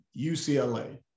UCLA